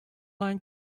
line